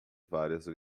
várias